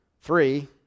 Three